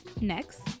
Next